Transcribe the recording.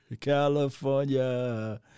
California